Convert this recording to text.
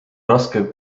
raske